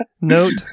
Note